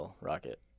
rocket